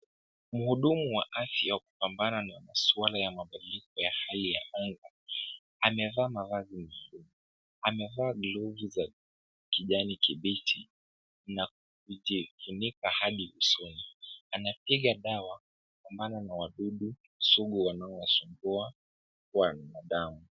Mhudumu wa afya wa kupambana na maswala ya mabadiliko ya hali ya anga, amevaa mavazi ya kujikinga. Amevaa glovu za kijani kibichi na kujifunika hadi usoni. Anapiga dawa, kupambana na wadudu sugu wanao wasumbua wanadamu.